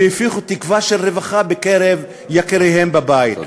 והפיחו תקווה של רווחה בקרב יקיריהם בבית.